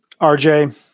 rj